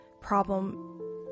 problem